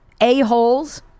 a-holes